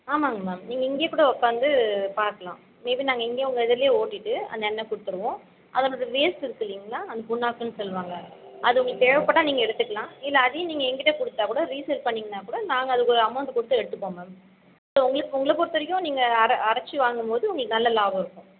ஆமாங்க மேம் நீங்கள் இங்கேயே கூட உட்காந்து பார்க்கலாம் இது நாங்கள் இங்கேயே உங்கள் எதிரிலே ஓட்டிகிட்டு அந்த எண்ணெய் கொடுத்துடுவோம் அதில் கொஞ்சம் வேஸ்ட் இருக்கும் இல்லைங்களா அந்த புண்ணாக்குன்னு சொல்லுவாங்கள் அது உங்களுக்கு தேவைப்பட்டா நீங்கள் எடுத்துக்கலாம் இல்லை அதையும் நீங்கள் என் கிட்டே கொடுத்தா கூட ரீசேல் பண்ணீங்கன்னால் கூட நாங்கள் அதுக்கு அமௌண்ட் கொடுத்து எடுத்துப்போம் மேம் உங்களை உங்களை பொறுத்த வரைக்கும் நீங்கள் அர அரைத்து வாங்கும்போது உங்களுக்கு நல்ல லாபம் இருக்கும்